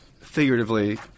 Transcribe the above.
figuratively